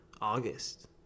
August